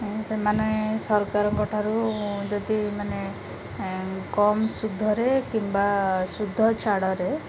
ସେମାନେ ସରକାରଙ୍କଠାରୁ ଯଦି ମାନେ କମ୍ ଶୁଦ୍ଧରେ କିମ୍ବା ଶୁଦ୍ଧ ଛାଡ଼ରେ